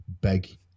big